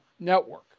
network